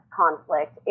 conflict